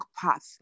path